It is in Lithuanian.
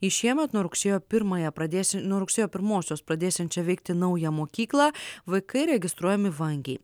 į šiemet nuo rugsėjo primąją pradėsi nuo rugsėjo pirmosios pradėsiančią veikti naują mokyklą vaikai registruojami vangiai